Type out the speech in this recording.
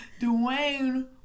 Dwayne